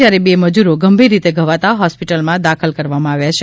જ્યારે બે મજૂરો ગંભીર રીતે ઘવાતા હોસ્પિટલમાં દાખલ કરવામાં આવ્યા છે